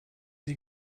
sie